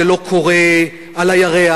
זה לא קורה על הירח,